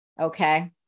Okay